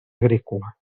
agrícola